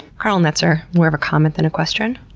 carl netzler, more of a comment than a question,